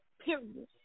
Period